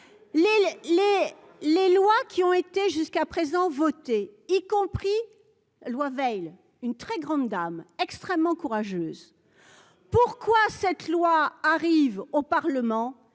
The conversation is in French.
les lois qui ont été jusqu'à présent voter y compris loi Veil, une très grande dame extrêmement courageuse, pourquoi cette loi arrive au Parlement,